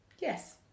Yes